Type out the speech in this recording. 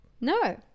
No